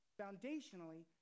foundationally